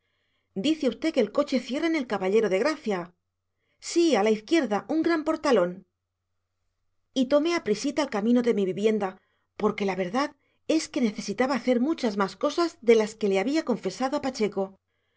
dice usted que el coche cierra en el caballero de gracia sí a la izquierda un gran portalón y tomé aprisita el camino de mi vivienda porque la verdad es que necesitaba hacer muchas más cosas de las que le había confesado a pacheco